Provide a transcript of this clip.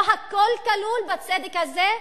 לא הכול כלול בצדק הזה?